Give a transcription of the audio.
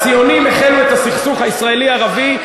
הציונים החלו את הסכסוך היהודי ערבי,